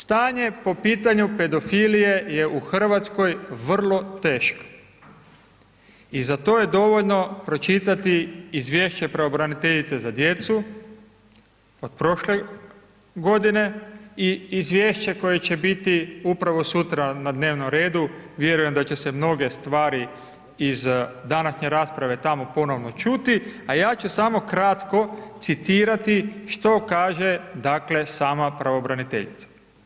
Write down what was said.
Stanje po pitanju pedofilije je u Hrvatskoj vrlo teško i za to je dovoljno pročitati izvješće pravobraniteljice za djecu od prošle godine i izvješće koje će biti upravo sutra na dnevnom redu, vjerujem da će se mnoge stvari iz današnje rasprave tamo ponovno čuti a ja ću samo kratko citirati što kaže dakle sama pravobraniteljica.